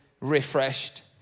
refreshed